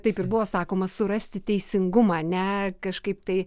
taip ir buvo sakoma surasti teisingumą ne kažkaip tai